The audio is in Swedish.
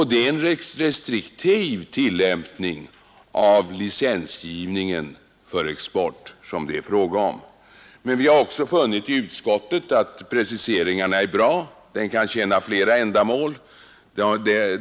Det är en restriktiv tillämpning av licensgivningen för export som det är fråga om. Men vi har också funnit i utskottet att preciseringarna är bra. En precisering kan tjäna flera ändamål.